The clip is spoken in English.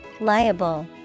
Liable